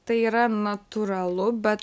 tai yra natūralu bet